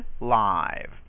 live